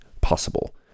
possible